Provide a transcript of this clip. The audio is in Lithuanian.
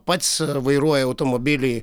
pats vairuoja automobilį